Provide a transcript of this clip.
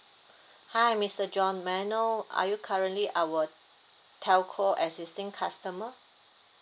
hi mister john may I know are you currently our telco existing customer